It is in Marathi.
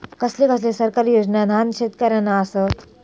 कसले कसले सरकारी योजना न्हान शेतकऱ्यांना आसत?